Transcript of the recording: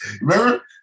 Remember